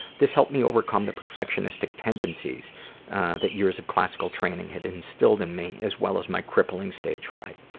this helped me overcome the perfectionistic tendencies that years of classical training had instilled in me as well as my crippling stage fright.